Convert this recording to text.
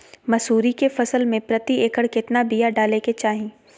मसूरी के फसल में प्रति एकड़ केतना बिया डाले के चाही?